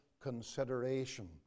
consideration